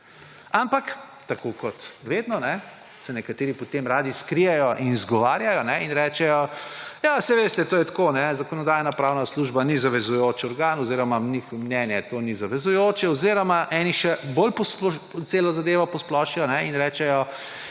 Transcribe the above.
Ampak, tako kot vedno, se nekateri potem radi skrijejo in izgovarjajo in rečejo: »Saj veste, to je tako, Zakonodajno-pravna služba ni zavezujoč organ oziroma njihovo mnenje ni zavezujoče.« Oziroma eni še bolj celo zadevo posplošijo in rečejo: